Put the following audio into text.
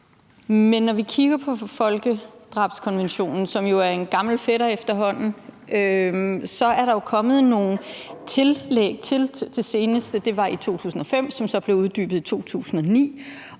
Men når vi kigger på folkedrabskonventionen, som jo er en gammel fætter efterhånden, er der kommet nogle tillæg til – det seneste var i 2005, som så blev uddybet i 2009.